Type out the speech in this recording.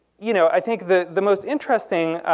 you know i think the the most interesting